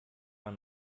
war